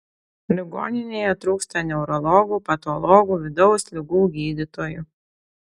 ligoninėje trūksta neurologų patologų vidaus ligų gydytojų